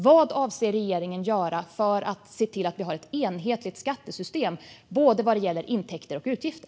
Vad avser regeringen att göra för att se till att vi har ett enhetligt skattesystem vad gäller både intäkter och utgifter?